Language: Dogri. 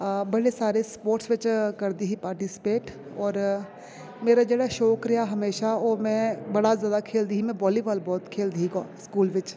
अ बड़े सारे स्पोर्ट्स बिच करदी ही पार्टिसिपेट होर मेरा जेह्ड़ा शौक रेहा हमेशा ओह् में बड़ा जादा खेल्लदी ही वॉलीबॉल बहोत खेल्लदी ही स्कूल बिच